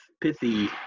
pithy